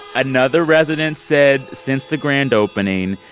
another resident said since the grand opening,